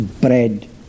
bread